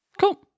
Cool